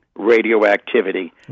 radioactivity